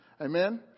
amen